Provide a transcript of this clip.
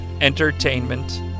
entertainment